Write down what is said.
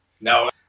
No